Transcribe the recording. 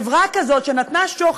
חברה כזאת, שנתנה שוחד,